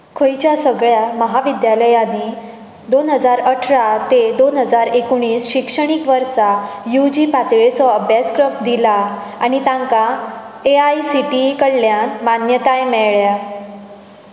खंयच्या सगळ्या म्हाविद्यालयांनी दोन हजार अठरा ते दोन हजार एकुणीस शिक्षणीक वर्सा यू जी पातळेचो अभ्यासक्रम दिला आनी तांकां A I C T E कडल्यान मान्यताय मेळ्ळ्या